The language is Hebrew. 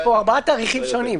יש ארבעה תאריכים שונים.